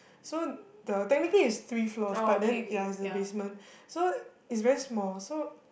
so the technically is three floors but then ya is the basement so is very small so